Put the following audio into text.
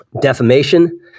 defamation